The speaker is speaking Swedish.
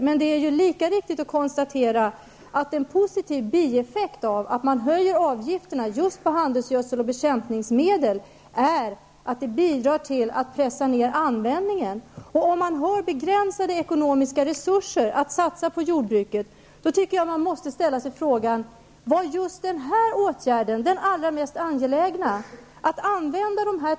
Men det är lika viktigt att konstatera att en positiv bieffekt av att man höjer avgifterna på just handelsgödsel och bekämpningsmedel är att det bidrar till att pressa ned användningen. Om man har begränsade ekonomiska resurser att satsa på jordbruket, tycker jag att man måste ställa sig frågan om den åtgärd man tänker vidta är den mest angelägna.